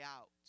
out